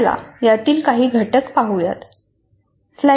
चला त्यातील काही घटक पाहूया